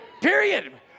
Period